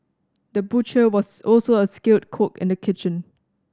the butcher was also a skilled cook in the kitchen